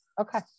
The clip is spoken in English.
Okay